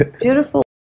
Beautiful